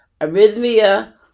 arrhythmia